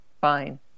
Fine